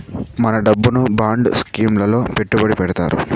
మన డబ్బును bond scheme లలో పెట్టుబడి పెడతారు